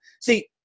see